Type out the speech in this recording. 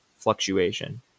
fluctuation